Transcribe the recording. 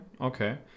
Okay